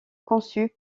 conçu